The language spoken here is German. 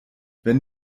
wenn